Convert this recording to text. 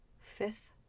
Fifth